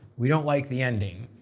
we don't like the ending.